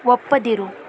ಒಪ್ಪದಿರು